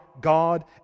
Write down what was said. God